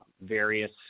various